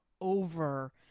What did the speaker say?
over